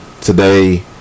Today